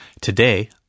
Today